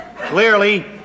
clearly